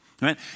right